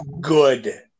good